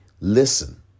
listen